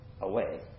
away